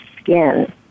skin